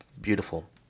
beautiful